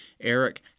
Eric